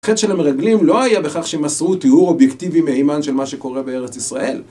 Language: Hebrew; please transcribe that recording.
החטא של המרגלים לא היה בכך שמסרו תיאור אובייקטיבי מהיימן של מה שקורה בארץ ישראל.